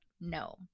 no